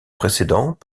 précédent